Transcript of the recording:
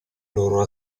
loro